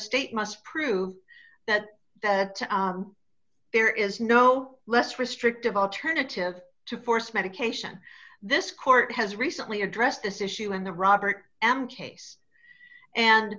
state must prove that there is no less restrictive alternative to force medication this court has recently addressed this issue in the robert m case and